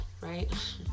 right